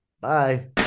Bye